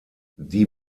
die